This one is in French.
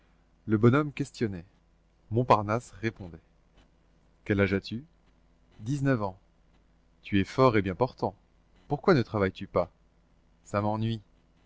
le bonhomme questionnait montparnasse répondait quel âge as-tu dix-neuf ans tu es fort et bien portant pourquoi ne travailles tu pas ça m'ennuie